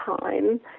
time